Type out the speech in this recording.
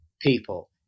people